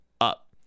up